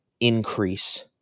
increase